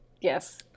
Yes